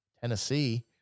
Tennessee